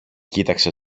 κοίταξε